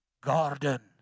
garden